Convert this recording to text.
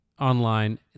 online